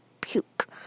puke